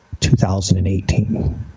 2018